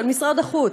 של משרד החוץ,